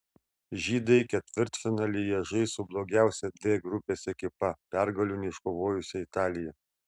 žydai ketvirtfinalyje žais su blogiausia d grupės ekipa pergalių neiškovojusia italija